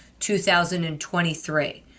2023